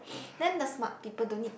then the smart people don't need